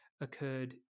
occurred